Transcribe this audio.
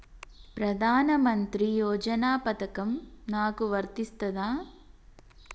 ప్రధానమంత్రి యోజన పథకం నాకు వర్తిస్తదా?